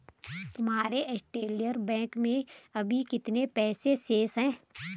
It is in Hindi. तुम्हारे एयरटेल बैंक में अभी कितने पैसे शेष हैं?